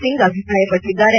ಸಿಂಗ್ ಅಭಿಪ್ರಾಯಪಟ್ಟಿದ್ದಾರೆ